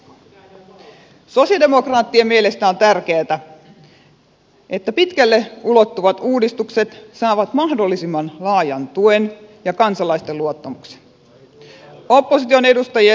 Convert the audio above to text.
sosialidemokraattien mielestä on tärkeätä että pitkälle ulottuvat uudistukset saavat mahdollisimman laajan tuen ja kansalaisten luottamuksen